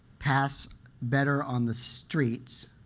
pass better on the streets,